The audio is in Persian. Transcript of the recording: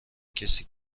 کسی